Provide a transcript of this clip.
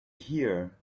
here